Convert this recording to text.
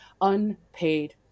unpaid